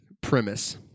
premise